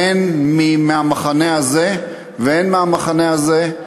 הן מהמחנה הזה והן מהמחנה הזה,